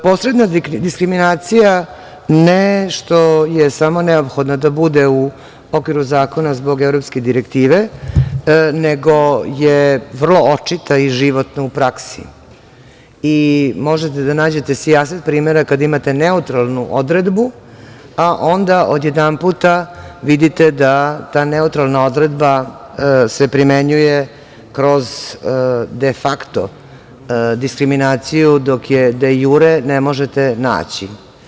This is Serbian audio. Posredna diskriminacija ne što je samo neophodno da bude u okviru zakona zbog evropske direktive, nego je vrlo očita i životna u praksi i možete da nađete sijaset primera kada imate neutralnu odredbu, a onda odjedanput vidite da neutralna odredba se primenjuju kroz de fakto diskriminaciju, dok je de jure ne možete naći.